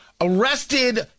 Arrested